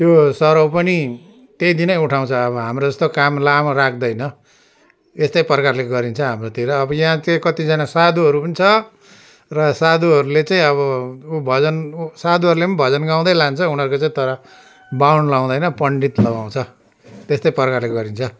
त्यो सरौ पनि त्यही दिन नै उठाउँछ हाम्रो जस्तो काम लामो राख्दैन यस्तै प्रकारले गरिन्छ हाम्रोतिर अब यहाँ चाहिँ कतिजना साधुहरू पनि छ र साधुहरूले चाहिँ अब उह भजन उह साधुहरूले पनि भजन गाउँदै लान्छ उनीहरूको चाहिँ तर बाहुन लाउँदैन पण्डित लगाउँछ त्यस्तै प्रकारले गरिन्छ